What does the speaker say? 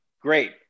Great